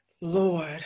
Lord